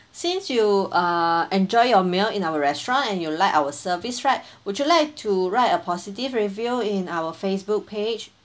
since you uh enjoy your meal in our restaurant and you like our service right would you like to write a positive review in our Facebook page